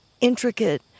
intricate